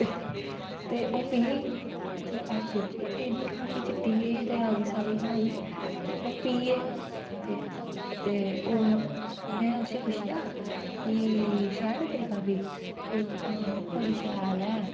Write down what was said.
ते ते ओह् पी ते अस सोचे की एह्दी काफी चिट्टी ऐ ते साढ़ी काली ते ओह् पी ऐ ते ते ओह् मैं उस्सी पुछेआ की शैल एह् तेरी काफी बोलदी आ बड़ी शैल ऐ